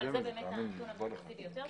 אבל זה הנתון הבולט ביותר.